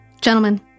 Gentlemen